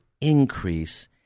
increase